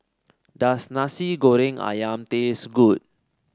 does Nasi Goreng ayam taste good